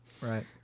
right